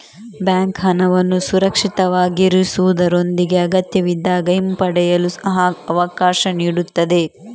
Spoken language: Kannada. ಬ್ಯಾಂಕ್ ಹಣವನ್ನು ಸುರಕ್ಷಿತವಾಗಿರಿಸುವುದರೊಂದಿಗೆ ಅಗತ್ಯವಿದ್ದಾಗ ಹಿಂಪಡೆಯಲು ಅವಕಾಶ ನೀಡುತ್ತದೆ